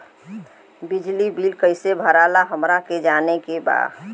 बिजली बिल कईसे भराला हमरा के जाने के बा?